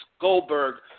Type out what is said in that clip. Goldberg